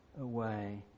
away